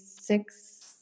six